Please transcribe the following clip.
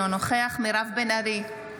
אינו נוכח מירב בן ארי,